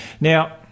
Now